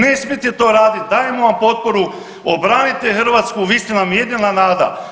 Ne smijete to radit, dajemo vam potporu, obranite Hrvatsku, vi ste nam jedina nada.